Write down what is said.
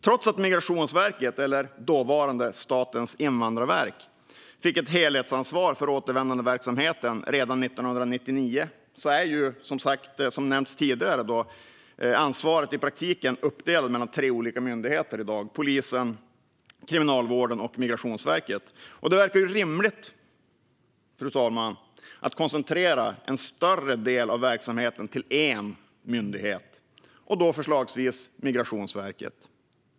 Trots att Migrationsverket, eller dåvarande Statens invandrarverk, fick ett helhetsansvar för återvändandeverksamheten redan 1999 är som nämnts tidigare ansvaret i praktiken i dag uppdelat mellan tre olika myndigheter: polisen, Kriminalvården och Migrationsverket. Fru talman! Det verkar rimligt att koncentrera en större del av verksamheten till en myndighet, och då förslagsvis Migrationsverket.